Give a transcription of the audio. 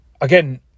again